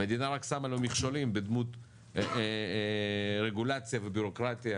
המדינה רק שמה לו מכשולים בדמות רגולציה ובירוקרטיה